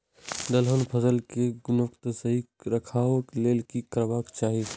दलहन फसल केय गुणवत्ता सही रखवाक लेल की करबाक चाहि?